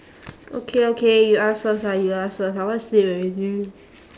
okay okay you ask first ah you ask first I want sleep already